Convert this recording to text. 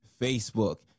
Facebook